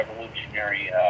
revolutionary